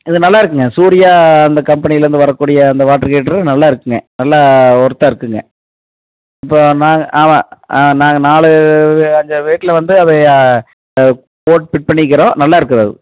இது நல்லா இருக்குங்க சூர்யா இந்த கம்பெனிலேருந்து வரக்கூடிய அந்த வாட்டர் ஹீட்டரும் நல்லா இருக்குங்க நல்லா வொர்த்தாக இருக்குங்க இப்போ நான் ஆமாம் நாங்கள் நாலு அஞ்சு ஆறு வீட்டில் வந்து அதைய போட்டு ஃபிட் பண்ணிக்கிறோம் நல்லா இருக்கு அது